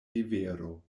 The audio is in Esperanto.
rivero